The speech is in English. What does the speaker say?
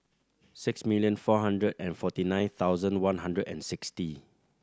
six million four hundred and forty nine thousand one hundred and sixty